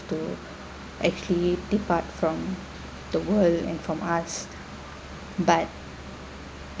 to actually depart from the world and from us but